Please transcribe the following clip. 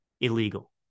illegal